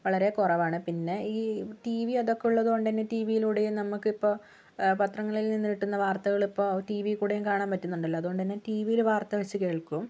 വളരെ കുറവാണ് പിന്നെ ഈ ടി വി അതൊക്കെ ഉള്ളതുകൊണ്ടുതന്നെ ടി വിയിലൂടെയും നമുക്കിപ്പോൾ പത്രങ്ങളിൽ നിന്ന് കിട്ടുന്ന വാർത്തകൾ ഇപ്പോൾ ടി വിൽക്കൂടെയും കാണാൻ പറ്റുന്നുണ്ടല്ലോ അതുകൊണ്ടുതന്നെ ടി വിയിൽ വാർത്ത വെച്ച് കേൾക്കും